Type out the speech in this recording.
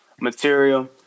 material